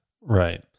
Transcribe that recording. right